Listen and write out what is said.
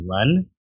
run